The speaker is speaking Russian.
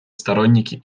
сторонники